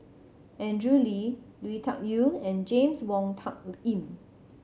Andrew Lee Lui Tuck Yew and James Wong Tuck Yim